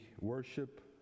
worship